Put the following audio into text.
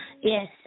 Yes